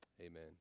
Amen